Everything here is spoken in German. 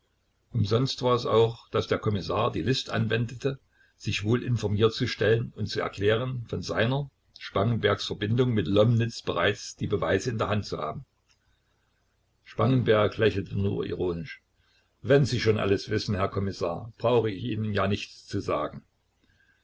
umsonst war es auch daß der kommissar die list anwendete sich wohl informiert zu stellen und zu erklären von seiner spangenbergs verbindung mit lomnitz bereits die beweise in der hand zu haben spangenberg lächelte nur ironisch wenn sie schon alles wissen herr kommissar brauche ich ihnen ja nichts zu sagen